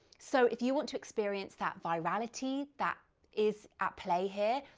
so if you want to experience that virality that is at play here,